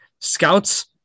scouts